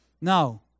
Now